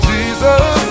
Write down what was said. Jesus